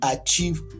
achieve